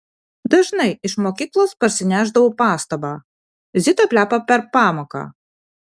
dažnai iš mokyklos parsinešdavau pastabą zita plepa per pamoką